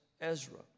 Ezra